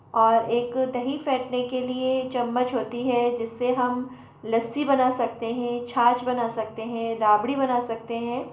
और एक दही फ़ेटने के लिए चम्मच होती है जिससे हम लस्सी बना सकते हैं छाछ बना सकते हैं रबड़ी बना सकते हैं